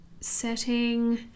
setting